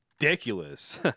ridiculous